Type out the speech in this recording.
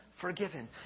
forgiven